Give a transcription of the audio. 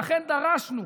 לכן דרשנו